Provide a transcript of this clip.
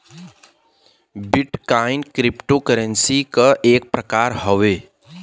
bit coin crypto currency क एक प्रकार हौ